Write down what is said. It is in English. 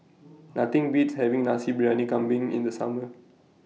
Nothing Beats having Nasi Briyani Kambing in The Summer